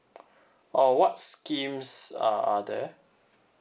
oh what schemes uh are there